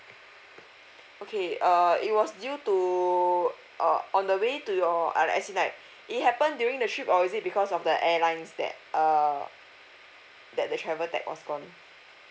okay uh it was due to err on the way to your uh as in like it happened during the trip or is it because of the airlines that uh that the travel tag was gone